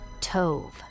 Tove